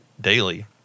daily